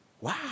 Wow